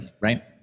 Right